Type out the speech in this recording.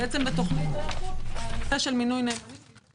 בתוכנית ההיערכות הנושא של מינוי נאמנים נדחה